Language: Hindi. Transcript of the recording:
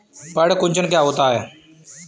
पर्ण कुंचन क्या होता है?